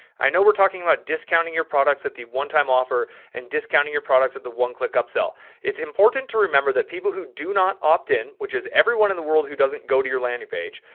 i know we're talking about discounting your products at the one time offer and discounting your products at the oneclickupsell. it's important to remember that people who do not opt in, which is everyone in the world who doesn't yeah. go to your landing page.